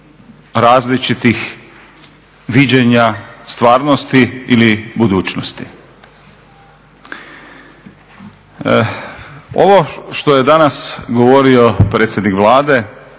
različitih viđenja stvarnosti ili budućnosti. Ovo što je danas govorio predsjednik Vlade